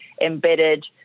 embedded